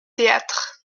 théâtre